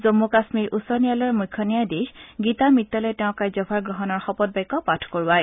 জম্মু কাশ্মীৰ উচ্চ ন্যায়ালয়ৰ মুখ্য ন্যায়াধীশ গীতা মিট্টলে তেওঁক কাৰ্যভাৰ গ্ৰহণৰ শপতবাক্য পাঠ কৰোৱায়